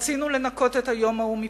רצינו לנקות את היום ההוא מפוליטיקה.